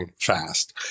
fast